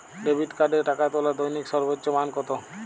Debit কার্ডে টাকা তোলার দৈনিক সর্বোচ্চ মান কতো?